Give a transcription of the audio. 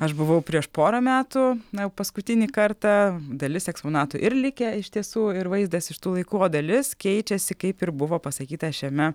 aš buvau prieš porą metų na jau paskutinį kartą dalis eksponatų ir likę iš tiesų ir vaizdas iš tų laikų o dalis keičiasi kaip ir buvo pasakyta šiame